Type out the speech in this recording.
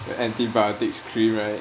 the antibiotics cream right